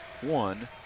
one